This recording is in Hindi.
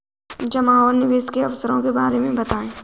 जमा और निवेश के अवसरों के बारे में बताएँ?